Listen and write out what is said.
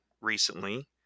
recently